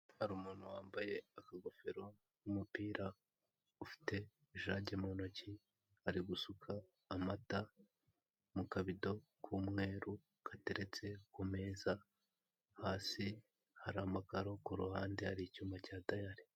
Hari umuntu wambaye akagofero k'umupira, ufite jage mu ntoki. Ari gusuka amata mu kabido k'umweru gateretse ku meza. Hasi hari amakaro ku ruhande hari icyuma cya tayari.